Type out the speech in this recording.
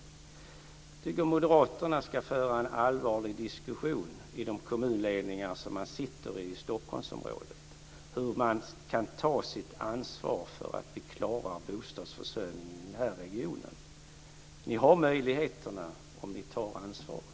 Jag tycker att moderaterna ska föra en allvarlig diskussion i de kommunledningar där man sitter i Stockholmsområdet om hur man kan ta sitt ansvar för att klara bostadsförsörjningen i den här regionen. Ni har möjligheterna om ni tar ansvaret.